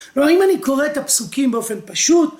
אבל אם אני קורא את הפסוקים באופן פשוט